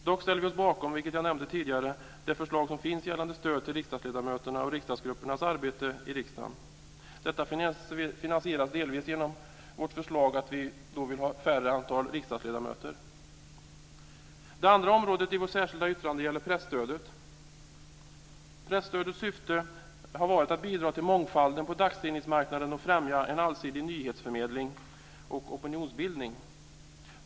Dock ställer vi oss bakom - vilket jag nämnde tidigare - det förslag som finns gällande stöd till riksdagsledamöternas och riksdagsgruppernas arbete i riksdagen. Detta finansieras delvis i vårt förslag genom att vi föreslår att antalet riksdagsledamöter ska bli färre. Det andra området i vårt särskilda yttrande gäller presstödet. Presstödets syfte har varit att bidra till mångfalden på dagstidningsmarknaden och främja en allsidig nyhetsförmedling och opinionsbildning.